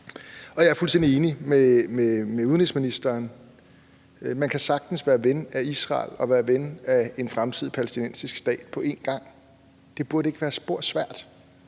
Jeg er fuldstændig enig med udenrigsministeren. Man kan sagtens være ven af Israel og være ven af en fremtidig palæstinensisk stat på en gang. Det burde ikke være spor svært.